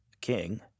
king